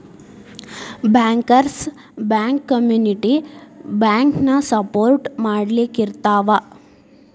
bankers bank community ಬ್ಯಾಂಕನ support ಮಾಡ್ಲಿಕ್ಕಿರ್ತಾವ